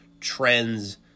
trends